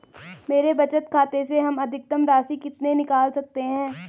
मेरे बचत खाते से हम अधिकतम राशि कितनी निकाल सकते हैं?